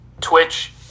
Twitch